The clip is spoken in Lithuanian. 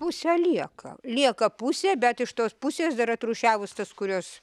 pusė lieka lieka pusė bet iš tos pusės dar atrūšiavus tas kurios